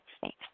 Thanks